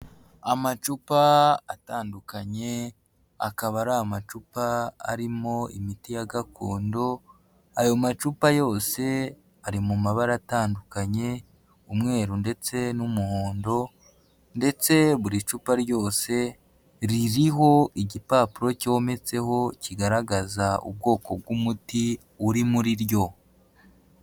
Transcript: Amacupa atandukanye akaba ari amacupa arimo imiti ya gakondo, ayo macupa yose ari mu mabara atandukanye, umweru ndetse n'umuhondo ndetse buri cupa ryose ririho igipapuro cyometseho kigaragaza ubwoko bw'umuti uri muri ryo.